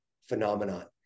phenomenon